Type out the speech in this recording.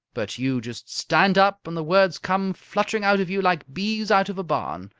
but you just stand up and the words come fluttering out of you like bees out of a barn.